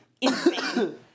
insane